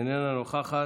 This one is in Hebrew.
איננה נוכחת,